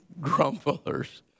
grumblers